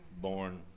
born